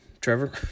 Trevor